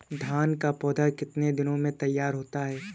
धान का पौधा कितने दिनों में तैयार होता है?